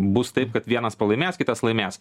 bus taip kad vienas pralaimės kitas laimės